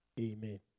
Amen